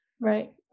right